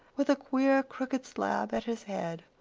with a queer, crooked slab at his head,